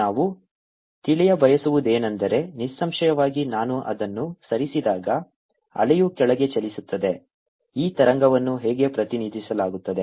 01 sin50t ನಾವು ತಿಳಿಯಬಯಸುವುದೇನೆಂದರೆ ನಿಸ್ಸಂಶಯವಾಗಿ ನಾನು ಅದನ್ನು ಸರಿಸಿದಾಗ ಅಲೆಯು ಕೆಳಗೆ ಚಲಿಸುತ್ತದೆ ಈ ತರಂಗವನ್ನು ಹೇಗೆ ಪ್ರತಿನಿಧಿಸಲಾಗುತ್ತದೆ